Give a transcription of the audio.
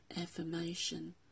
affirmation